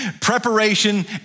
Preparation